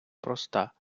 проста